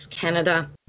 Canada